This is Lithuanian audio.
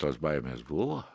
tos baimės buvo